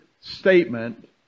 statement